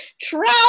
travel